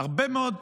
הרבה מאוד.